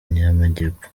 y’amajyepfo